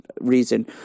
reason